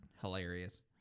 hilarious